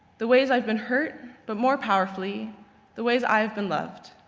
the ways i have been hurt, but more powerfully the ways i have been loved.